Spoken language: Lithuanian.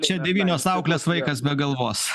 čia devynios auklės vaikas be galvos